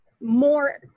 more